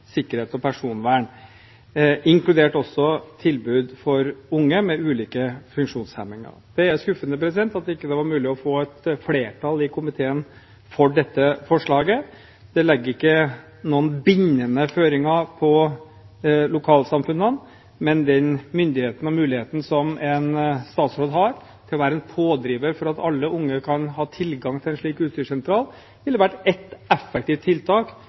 sikkerhet og personvern, inkludert tilbud for unge med ulike funksjonshemninger. Det er skuffende at det ikke var mulig å få et flertall i komiteen for dette forslaget. Det legger ikke noen bindende føringer på lokalsamfunnene, men den myndigheten og muligheten som en statsråd har til å være en pådriver for at alle unge kan ha tilgang til en slik utstyrssentral, ville ha vært et effektivt tiltak